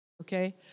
Okay